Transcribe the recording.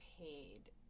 paid